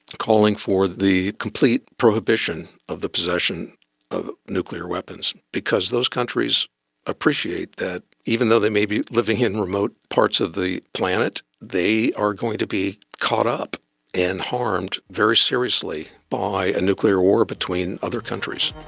calling for the complete prohibition of the possession of nuclear weapons, because those countries appreciate that even though they may be living in remote parts of the planet, they are going to be caught up and harmed very seriously by a nuclear war between other countries.